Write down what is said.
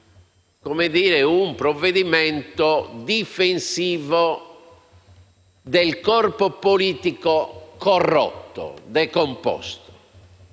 che sia un provvedimento difensivo del corpo politico corrotto, decomposto.